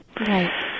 Right